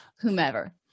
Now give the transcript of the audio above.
whomever